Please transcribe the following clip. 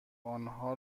آنها